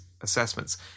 assessments